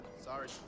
Sorry